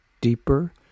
deeper